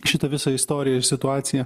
šitą visą istoriją ir situaciją